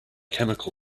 chemical